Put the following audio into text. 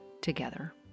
together